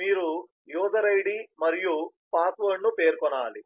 మీరు user ID మరియు పాస్వర్డ్ను పేర్కొనాలి